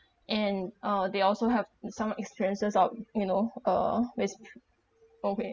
and uh they also have some experiences of you know uh which okay